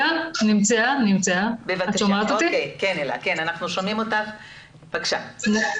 בבקשה הילה חי.